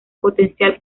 potencial